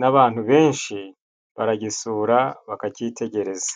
n'abantu benshi baragisura bakacyitegereza.